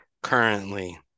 currently